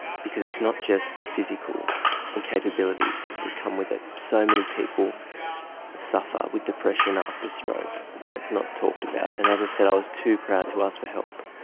because it's not just physical incapabilities that come with it. so many people suffer with depression after stroke, and it's not talked about. and as i said, i was too proud to ask the help.